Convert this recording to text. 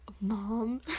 Mom